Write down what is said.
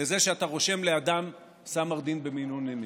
לזה שהוא רושם לאדם סם מרדים במינון ממית.